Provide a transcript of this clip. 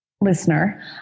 listener